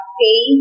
pay